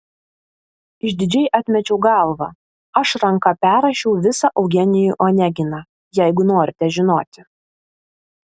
išdidžiai atmečiau galvą aš ranka perrašiau visą eugenijų oneginą jeigu norite žinoti